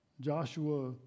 Joshua